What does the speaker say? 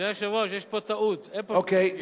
אדוני היושב-ראש, יש פה טעות, אין פה שני סוגים.